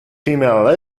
female